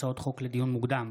הצעות חוק לדיון מוקדם,